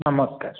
ନମସ୍କାର